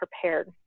prepared